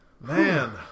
Man